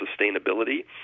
sustainability